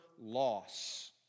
loss